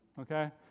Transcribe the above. okay